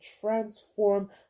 transform